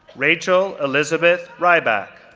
rachel elizabeth reibach,